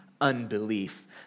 unbelief